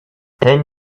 ten